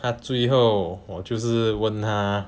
她最后我就是问她